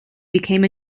became